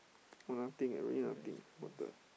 !wah! nothing eh really nothing what the